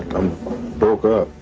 i'm broke up,